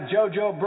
Jojo